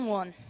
one